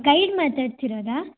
guide ಮಾತಾಡ್ತಿರೋದಾ